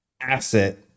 asset